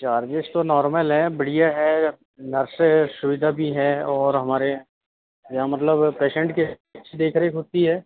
charges तो normal हैं बढ़िया है नर्से सुविधा भी है और हमारे यहाँ यहाँ मतलब पेशेंट के अच्छी देख रेख होती है